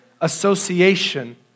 association